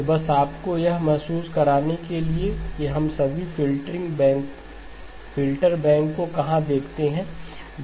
तो बस आपको यह महसूस कराने के लिए कि हम सभी फ़िल्टर बैंकों को कहां देखते हैं